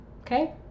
okay